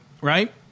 right